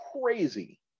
crazy